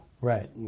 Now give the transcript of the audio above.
Right